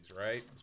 right